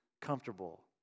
comfortable